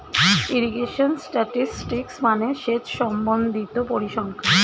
irrigation statistics মানে সেচ সম্বন্ধিত পরিসংখ্যান